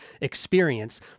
experience